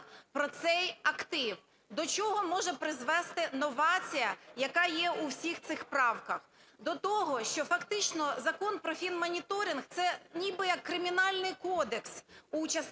про цей актив. До чого може призвести новація, яка є у всіх цих правках? До того, що, фактично, Закон про фінмоніторинг – це ніби як Кримінальний кодекс у частині